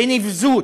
בנבזות,